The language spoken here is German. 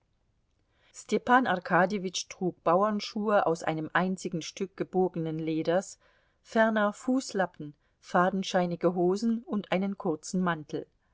arkadjewitsch trug bauernschuhe aus einem einzigen stück gebogenen leders ferner fußlappen fadenscheinige hosen und einen kurzen mantel